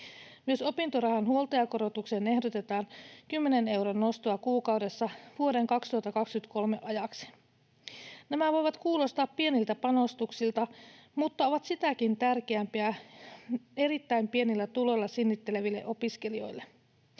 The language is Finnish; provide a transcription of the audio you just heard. Myös opintorahan huoltajakorotukseen ehdotetaan 10 euron nostoa kuukaudessa vuoden 2023 ajaksi. Nämä voivat kuulostaa pieniltä panostuksilta, mutta ovat sitäkin tärkeämpiä erittäin pienillä tuloilla sinnitteleville opiskelijoille.